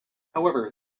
however